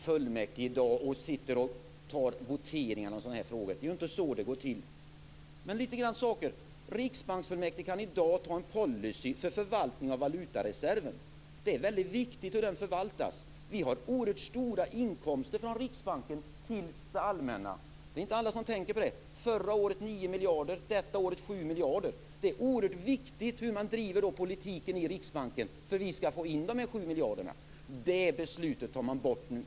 Fru talman! Nu är det ju inte så att man sitter och voterar om frågor i fullmäktige i dag. Det är inte så det går till. Riksbanksfullmäktige kan i dag anta en policy för förvaltning av valutareserven. Det är väldigt viktigt hur den förvaltas. Vi har oerhört stora inkomster från Riksbanken till det allmänna. Det är inte alla som tänker på det. Förra året var det nio miljarder och detta år är det sju miljarder. Det är oerhört viktigt hur man driver politiken i Riksbanken för att vi skall få in dessa sju miljarder. Det beslutet tar man bort nu.